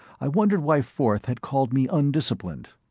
i wondered why forth had called me undisciplined.